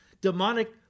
demonic